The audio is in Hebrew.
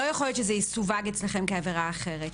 לא יכול להיות שזה יסווג אצלכם כעבירה אחרת.